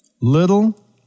Little